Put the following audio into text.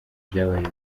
byabaye